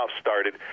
started